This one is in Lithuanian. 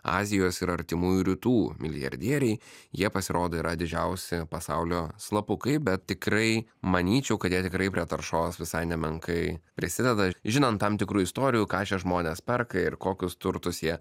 azijos ir artimųjų rytų milijardieriai jie pasirodo yra didžiausi pasaulio slapukai bet tikrai manyčiau kad jie tikrai prie taršos visai nemenkai prisideda žinant tam tikrų istorijų ką šie žmonės perkai ir kokius turtus jie